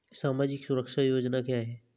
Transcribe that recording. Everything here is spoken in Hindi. सामाजिक सुरक्षा योजना क्या है?